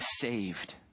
saved